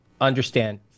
understand